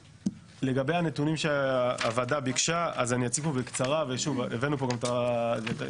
לגבי הנתונים שהוועדה ביקשה אז אני אציג פה בקצרה וגם הבאנו את הדוח.